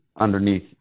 underneath